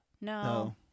no